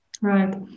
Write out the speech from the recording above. Right